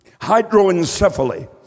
Hydroencephaly